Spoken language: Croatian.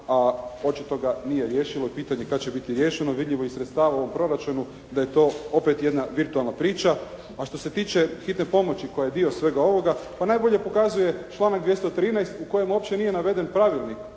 a očito ga nije riješilo i pitanje je kada će biti riješeno vidljivo je iz sredstava u ovom proračunu da je to opet jedna virtualna priča. A što se tiče hitne pomoći koja je dio svega ovoga, pa najbolje pokazuje članak 213. u kojem uopće nije naveden Pravilnik